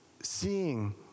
seeing